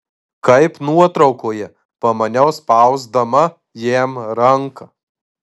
kaip nuotraukoje pamaniau spausdama jam ranką